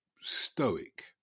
stoic